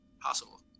possible